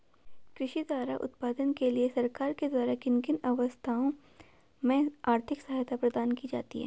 कृषि उत्पादन के लिए सरकार के द्वारा किन किन अवस्थाओं में आर्थिक सहायता प्रदान की जाती है?